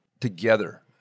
Together